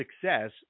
success